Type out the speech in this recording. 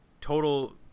Total